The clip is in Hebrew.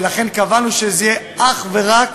ולכן קבענו שזה יהיה אך ורק